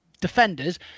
defenders